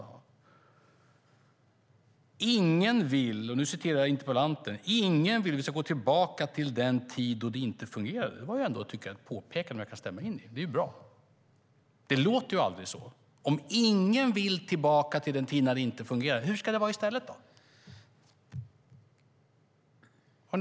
Jag citerar interpellanten: "Ingen vill att vi ska gå tillbaka till tiden då det inte funkade." Det var ändå ett påpekande som jag kan instämma i. Det är bra. Men det låter aldrig så. Om ingen vill tillbaka till den tid då det inte funkade hur ska det då vara i stället?